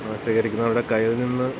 സ്വീകരിക്കുന്നവരുടെ കയ്യിൽനിന്ന്